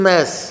Mess